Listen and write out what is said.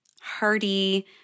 hearty